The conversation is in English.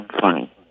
funny